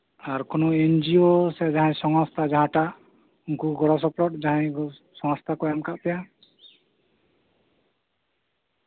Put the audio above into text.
ᱟᱨ ᱠᱳᱱᱳ ᱮᱱᱡᱩᱭᱳ ᱥᱮ ᱠᱳᱱᱳ ᱥᱚᱦᱚᱥᱛᱷᱟ ᱥᱮ ᱡᱟᱦᱟᱸᱴᱟᱜ ᱩᱱᱠᱩ ᱜᱚᱲᱚ ᱥᱚᱯᱚᱦᱚᱫ ᱡᱟᱦᱟᱸᱭᱴᱟᱜ ᱥᱚᱝᱚᱥᱛᱷᱟ ᱠᱚ ᱮᱢ ᱠᱟᱫ ᱯᱮᱭᱟ